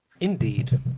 Indeed